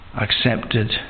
accepted